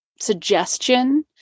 suggestion